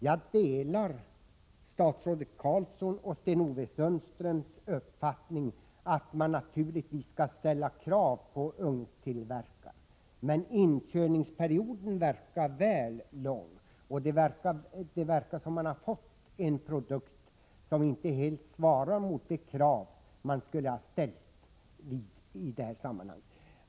Jag delar statsrådet Carlssons och Sten-Ove Sundströms uppfattning att man naturligtvis skall ställa krav på ugnstillverkaren. Men inköringsperioden tycks väl lång, och det verkar som om man har fått en produkt som inte helt svarar mot de krav som skulle ha ställts i sammanhanget.